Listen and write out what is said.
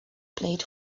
played